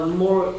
more